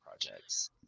projects